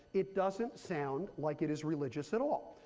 it doesn't sound like it is religious at all.